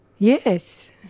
Yes